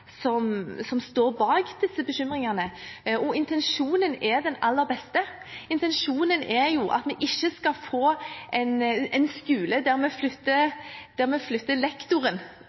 som står bak disse bekymringene. Intensjonen er den aller beste. Intensjonen er jo at vi ikke skal få en skole der vi flytter lektoren lenger ned i trinnene. Vi